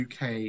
UK